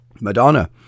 Madonna